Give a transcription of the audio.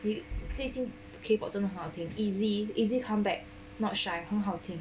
we 最近 K_pop 真的好听 easy easy come back not shy 很好听